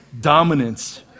dominance